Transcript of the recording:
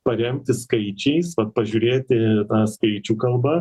paremti skaičiais pažiūrėti ta skaičių kalba